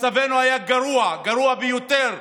מצבנו היה גרוע, גרוע ביותר.